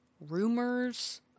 rumors